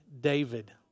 David